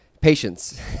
patience